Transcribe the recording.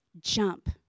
jump